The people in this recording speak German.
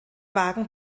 wagen